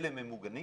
אלה ממוגנים